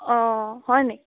অঁ হয়নি